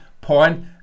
point